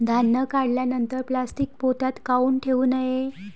धान्य काढल्यानंतर प्लॅस्टीक पोत्यात काऊन ठेवू नये?